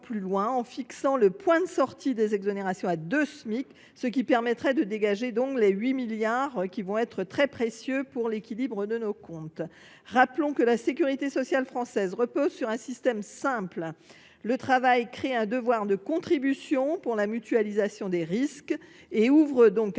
plus loin en fixant le point de sortie des exonérations à 2 Smic, ce qui permettrait de dégager 8 milliards d’euros – un montant très précieux pour l’équilibre de nos comptes. Rappelons que la sécurité sociale française repose sur un système simple : le travail crée un devoir de contribution pour la mutualisation des risques et ouvre un